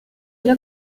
look